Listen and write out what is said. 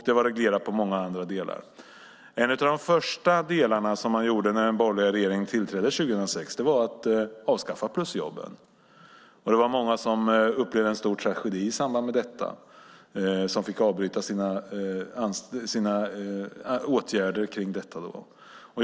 Det var reglerat även i många andra delar. En av de första sakerna som gjordes av den borgerliga regeringen när den tillträdde 2006 vara att avskaffa plusjobben. Det var många som upplevde en stor tragedi i samband med det och som fick åtgärderna avbrutna.